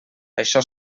això